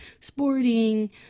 sporting